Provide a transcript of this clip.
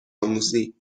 آموزی